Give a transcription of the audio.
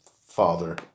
father